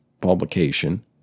publication